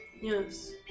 Yes